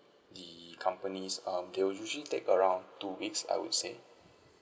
the companies um they will usually take around two weeks I would say